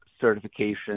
certification